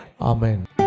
Amen